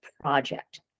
project